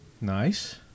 Nice